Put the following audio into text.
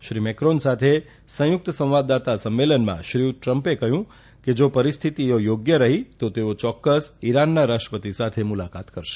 Shri Macron સાથે સંયુક્ત સંવાદદાતા સંમેલનમાં શ્રીયુત ટ્રમ્પે કહ્યું કે જા પરિહ્સ્થતિઓ યોગ્ય રહીતો તેઓ યોક્કસ ઇરાનના રાષ્ટ્રપતિ સાથે મુલાકાત કરશે